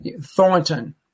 Thornton